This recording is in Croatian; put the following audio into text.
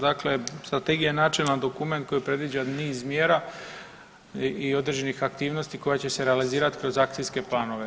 Dakle, strategija je načelan dokument koji predviđa niz mjera i određenih aktivnosti koje će se realizirat kroz akcijske planove.